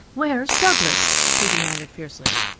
where's douglas? she demanded fiercely.